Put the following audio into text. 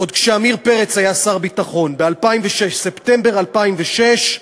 עוד כשעמיר פרץ היה שר הביטחון בספטמבר 2006,